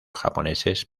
japoneses